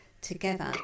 together